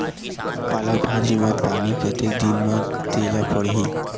पालक भाजी म पानी कतेक दिन म देला पढ़ही?